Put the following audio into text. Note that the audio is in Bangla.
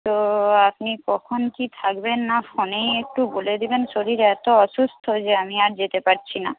তো আপনি কখন কি থাকবেন না ফোনেই একটু বলে দেবেন শরীর এতো অসুস্থ যে আমি আর যেতে পারছি না